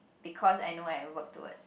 because I know I work towards